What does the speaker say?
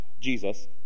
Jesus